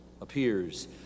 appears